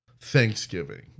Thanksgiving